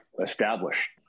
established